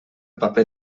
paper